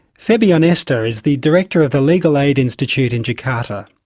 febiionesta is the director of the legal aid institute in jakarta.